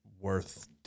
worth